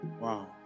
Wow